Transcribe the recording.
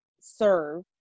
serve